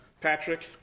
Patrick